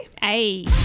Hey